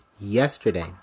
yesterday